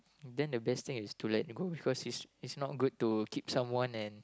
then the best thing is to let go because it's it's not good to keep someone and